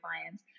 clients